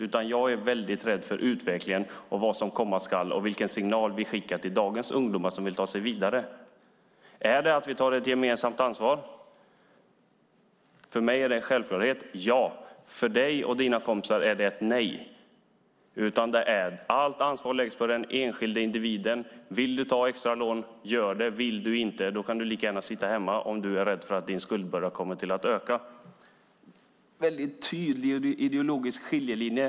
Jag är i stället väldigt rädd för utvecklingen, för vad som komma skall, och för vilken signal vi skickar till dagens ungdomar som vill ta sig vidare. Är signalen att vi tar ett gemensamt ansvar? För mig är det en självklarhet, så svaret är ja. För dig och dina kompisar är svaret nej. Allt ansvar läggs på den enskilda individen. Vill du ta extra lån, gör det då. Vill du inte och om du är rädd för att din skuldbörda kommer att öka kan du lika gärna sitta hemma. Det finns här en väldigt tydlig ideologisk skiljelinje.